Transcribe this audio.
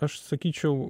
aš sakyčiau